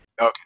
okay